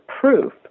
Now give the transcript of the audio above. proof